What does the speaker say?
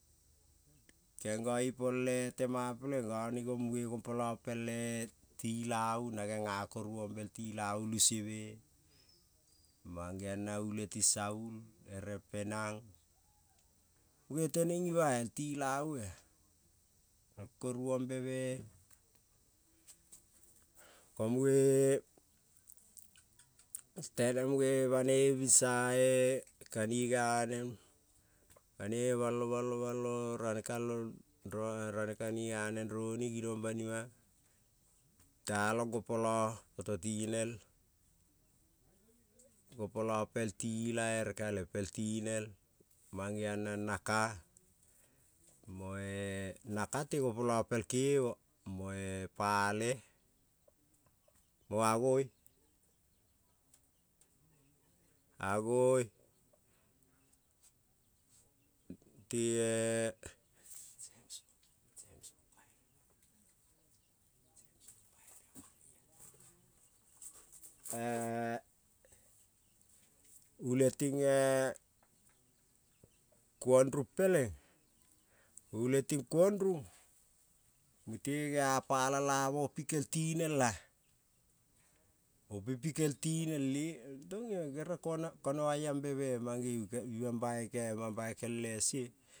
Gengo ipoele tema peleng gane kong muge gompola pele tilavu na genga koruambe el tilavu lu se-me, mang-geong na ule ting saul ere penang, muge teneng ima-a el ti lavu-a el koruambeme ko muge-e teneng muge banoi binsae kaniga aneng, banoi balo balo balo ranekal-o rane kaniga ane roni genong banima, talong gompola poto tinel gompola pel tila ere kale pel tinel mang-geong na naka, moe naka te gopola pel keva moe pale, mo avoi te ule tinge kuondrung peleng, ule ting kuondrrung mute gea pala lamo pikel tinel-a, opi pikel tinel le tonge gere kona konoai ambe-me mang-geving mam bai kel-e se.